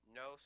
no